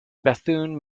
bethune